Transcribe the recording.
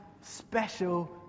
special